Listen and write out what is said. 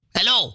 Hello